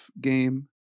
game